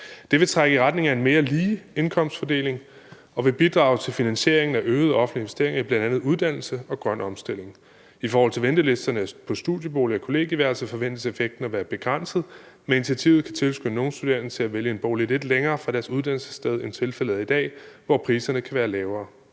Det vil trække i retning af en mere lige indkomstfordeling og vil bidrage til finansieringen af øgede offentlige investeringer i bl.a. uddannelse og grøn omstilling. I forhold til ventelisterne på studieboliger og kollegieværelser forventes effekten at være begrænset, men initiativet kan tilskynde nogle studerende til at vælge en bolig lidt længere fra deres uddannelsessted, end tilfældet er i dag, hvor priserne kan være lavere.